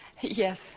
Yes